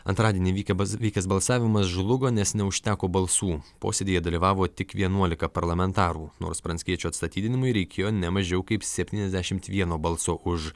antradienį vykę bal vykęs balsavimas žlugo nes neužteko balsų posėdyje dalyvavo tik vienuolika parlamentarų nors pranckiečio atstatydinimui reikėjo ne mažiau kaip septyniasdešimt vieno balso už